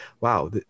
wow